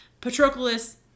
Patroclus